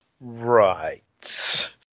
Right